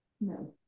No